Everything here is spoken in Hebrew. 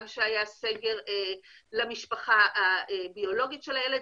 גם כשהיה סגר למשפחה הביולוגית של הילד.